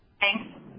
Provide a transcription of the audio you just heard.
Thanks